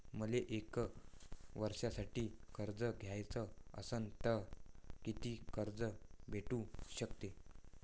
मले एक वर्षासाठी कर्ज घ्याचं असनं त कितीक कर्ज भेटू शकते?